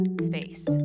Space